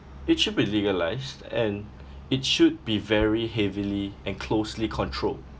it should be legalised and it should be very heavily and closely controlled